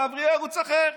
תעברי לערוץ אחר.